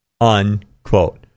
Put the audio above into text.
unquote